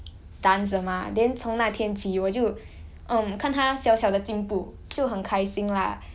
dance 的 mah then 从那天起我就 um 看她小小的进步就很开心 lah